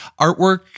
Artwork